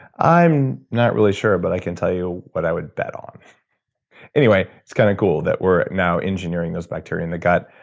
i'm not really sure, but i can tell you what i would bet on anyway, it's kind of cool that we're now engineering those bacteria in the gut.